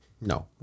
No